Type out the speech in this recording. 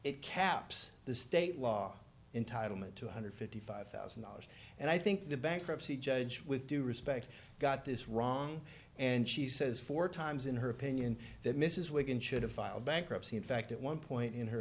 it caps the state law in title meant two hundred fifty five thousand dollars and i think the bankruptcy judge with due respect got this wrong and she says four times in her opinion that mrs wakin should have filed bankruptcy in fact at one point in her